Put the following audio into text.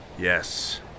Yes